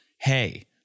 Hey